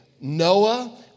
Noah